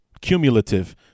cumulative